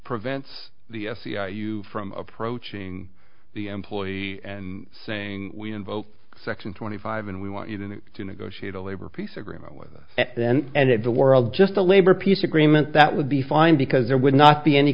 prevents the cia you from approaching the employee and saying we invoke section twenty five and we want you to negotiate a labor peace agreement with us and then end of the world just a labor peace agreement that would be fine because there would not be any